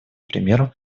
примером